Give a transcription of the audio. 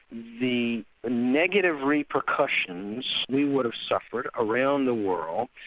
the negative repercussions, we would have suffered around the world,